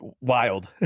wild